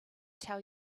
tell